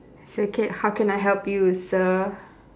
so K how can I help you sir